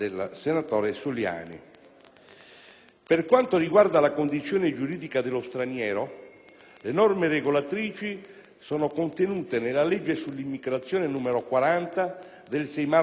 Per quanto riguarda la condizione giuridica dello straniero, le norme regolatrici sono contenute nella legge sull'immigrazione 6 marzo 1998,